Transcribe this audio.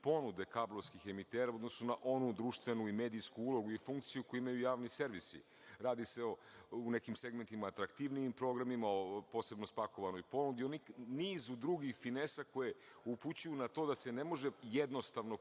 ponude kablovskih emitera u odnosu na onu društvenu i medijsku ulogu i funkciju koju imaju javni servisi. Radi se o u nekim segmentima atraktivnijim programima, posebno spakovanoj ponudi, nizu drugih finesa koje upućuju na to da se ne može jednostavno